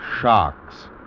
sharks